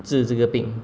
治这个病